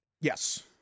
Yes